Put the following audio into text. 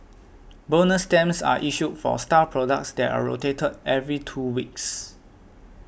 bonus stamps are issued for star products that are rotated every two weeks